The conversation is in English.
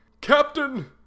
Captain